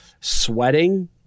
Sweating